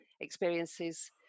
experiences